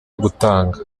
gutanga